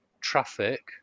traffic